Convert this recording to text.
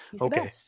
Okay